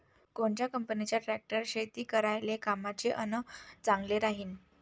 कोनच्या कंपनीचा ट्रॅक्टर शेती करायले कामाचे अन चांगला राहीनं?